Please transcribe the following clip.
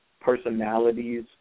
personalities